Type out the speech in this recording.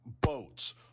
Boats